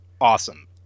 awesome